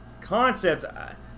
concept